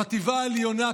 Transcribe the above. בחטיבה העליונה,